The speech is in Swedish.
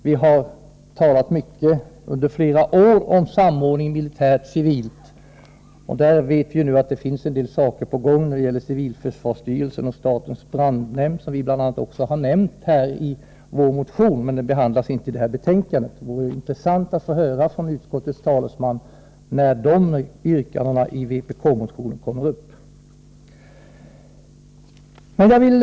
Vi har under flera år talat mycket om samordning militärt-civilt. Vi vet att det nu finns en del saker på gång när det gäller civilförsvarsstyrelsen och statens brandnämnd, som vi bl.a. har nämnt i vår motion. Men den delen behandlas inte i detta betänkande. Det vore intressant att från utskottets talesman få höra när dessa yrkanden i vpk-motionen kommer upp till behandling.